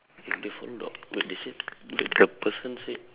it's different dog what they said the person said